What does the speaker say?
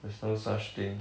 there's no such thing